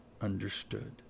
understood